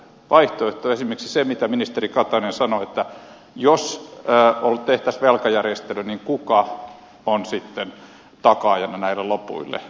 esimerkiksi se mitä ministeri katainen sanoi että jos tehtäisiin velkajärjestely niin kuka on sitten takaajana näille lopuille